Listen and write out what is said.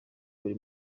buri